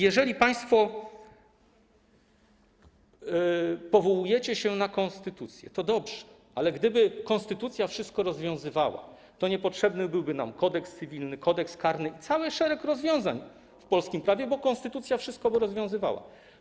Jeżeli państwo powołujecie się na konstytucję, to dobrze, ale gdyby konstytucja wszystko rozwiązywała, to niepotrzebny byłby nam Kodeks cywilny, Kodeks karny i cały szereg rozwiązań w polskim prawie, bo konstytucja wszystko by rozwiązywała.